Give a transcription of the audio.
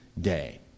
day